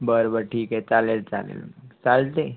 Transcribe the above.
बरं बरं ठीक आहे चालेल चालेल चालते